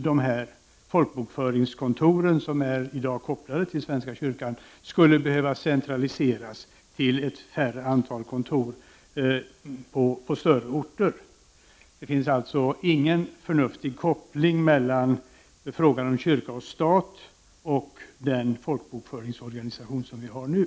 de här folkbokföringskontoren, som i dag är kopplade till svenska kyrkan, skulle behövas centraliseras till ett färre antal kontor på större orter. Det finns alltså ingen förnuftig koppling mellan frågan om kyrka och stat och den folkbokföringsorganisation som vi har nu.